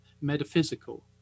metaphysical